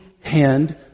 hand